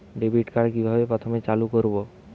Debit card কিভাবে প্রথমে চালু করব?